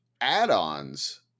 add-ons